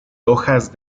hojas